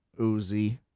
Uzi